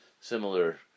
Similar